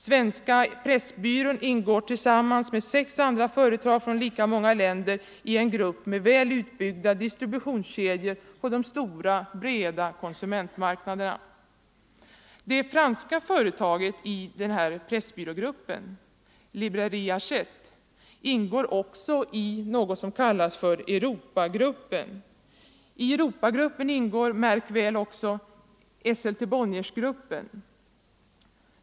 Svenska Pressbyrån ingår tillsammans med sex andra företag från lika många länder i en grupp med väl utbyggda distributionskedjor på de stora breda konsumentmarknaderna. Det franska företaget i pressbyrågruppen, Librairie Hachette, ingår också i den s.k. Europagruppen. I Europagruppen ingår, märk väl, också Esselte-Bonniergruppen.